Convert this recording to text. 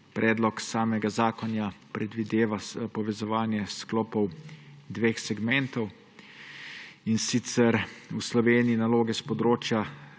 Predlog samega zakona predvideva povezovanje sklopov dveh segmentov, in sicer v Sloveniji naloge s področja